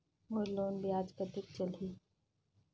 मोर loan ब्याज कतेक चलही?